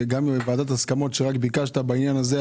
וגם בוועדת ההסכמות כשביקשת בעניין הזה.